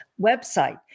website